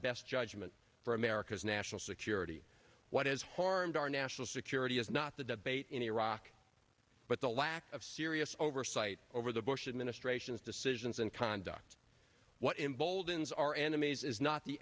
best judgment for america's national security what has harmed our national security is not the debate in iraq but the lack of serious oversight over the bush administration's decisions and conduct what in bold is our enemies is not the